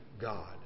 God